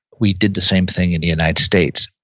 we did the same thing in the united states,